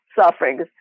sufferings